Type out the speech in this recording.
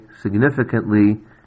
significantly